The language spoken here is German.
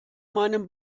meinem